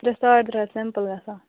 ترٛےٚ ساڈ ترٛےٚ ہتھ سِمپٕل گَژھان